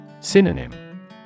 Synonym